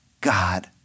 God